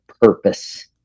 purpose